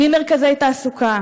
לאיזה תפקיד?